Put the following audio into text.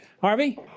Harvey